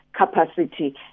capacity